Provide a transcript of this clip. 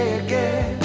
again